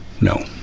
no